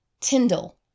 Tyndall